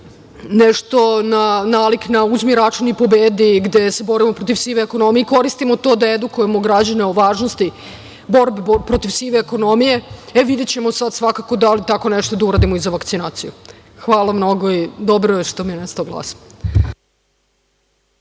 nešto nalik na „Uzmi račun i pobedi“, gde se borimo protiv sive ekonomije i koristimo to da edukujemo građane o važnosti borbe protiv sive ekonomije. Videćemo sad svakako da li tako nešto da uradimo i za vakcinaciju. Hvala mnogo. **Vladimir Orlić**